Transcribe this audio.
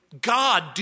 God